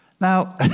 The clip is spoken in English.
Now